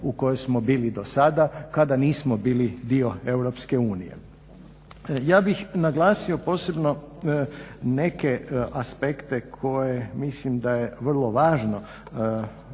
u kojoj smo bili dosada kada nismo bili dio EU. Ja bih naglasio posebno neke aspekte koje mislim da je vrlo važno